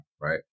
right